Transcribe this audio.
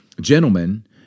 gentlemen